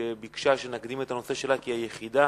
שביקשה שנקדים את הנושא שלה, כי היא היחידה.